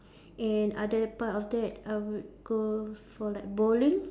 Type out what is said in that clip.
and other part of that I would go for like bowling